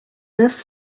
this